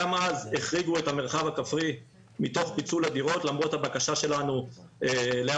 גם אז החריגו את המרחב הכפרי מתוך פיצול הדירות למרות הבקשה שלנו לאפשר